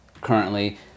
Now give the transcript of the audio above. currently